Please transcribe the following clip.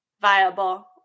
viable